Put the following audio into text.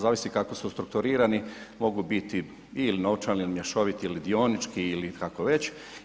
Zavisi kako su strukturirani mogu biti ili novčani ili mješoviti ili dionički ili kako već.